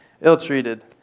ill-treated